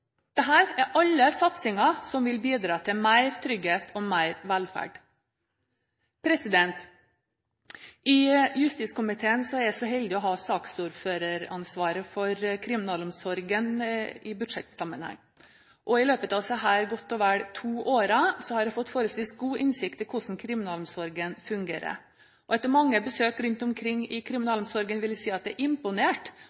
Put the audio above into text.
er alle satsinger som vil bidra til mer trygghet og mer velferd. I justiskomiteen er jeg så heldig å ha saksordføreransvaret for kriminalomsorgen i budsjettsammenheng. I løpet av disse godt og vel to årene har jeg fått forholdsvis god innsikt i hvordan kriminalomsorgen fungerer. Etter mange besøk rundt omkring i